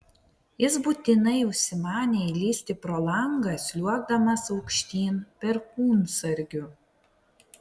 jis būtinai užsimanė įlįsti pro langą sliuogdamas aukštyn perkūnsargiu